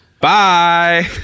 bye